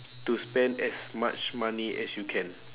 to spend as much money as you can